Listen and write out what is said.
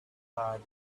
hard